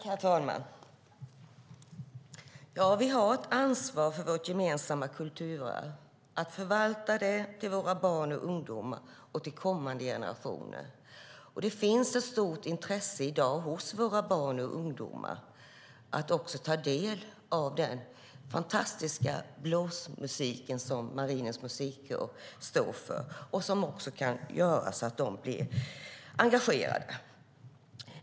Herr talman! Visst har vi ett ansvar för vårt gemensamma kulturarv och för att förvalta det till våra barn och ungdomar och till kommande generationer. I dag finns det också ett stort intresse hos våra barn och ungdomar för att ta del av den fantastiska blåsmusik som Marinens Musikkår står för och som kan engagera dem.